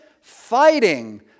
fighting